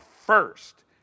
first